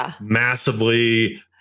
massively